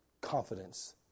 confidence